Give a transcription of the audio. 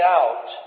out